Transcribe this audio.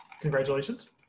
Congratulations